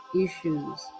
issues